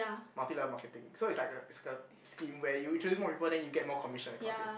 multi level marketing so it's like a it's like a scheme where you introduce more people then you get more commission that kind of thing